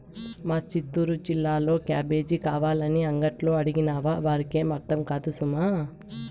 మా చిత్తూరు జిల్లాలో క్యాబేజీ కావాలని అంగట్లో అడిగినావా వారికేం అర్థం కాదు సుమా